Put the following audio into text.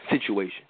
situation